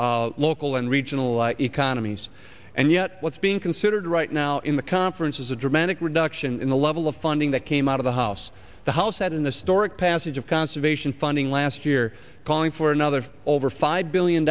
own local and regional economies and yet what's being considered right now in the conference is a dramatic reduction in the level of funding that came out of the house the house that in the story passage of conservation funding last year calling for another over five billion